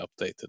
updated